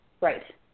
Right